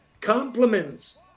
Compliments